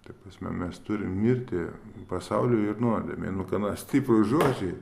ta prasme mes turim mirti pasauliui ir nuodėmei nu gana stiprūs žodžiai